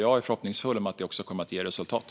Jag är förhoppningsfull om att det kommer att ge resultat.